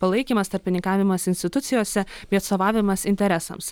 palaikymas tarpininkavimas institucijose bei atstovavimas interesams